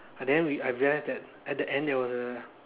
but then we I realize that at the end there was a